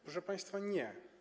Proszę państwa, nie.